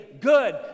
good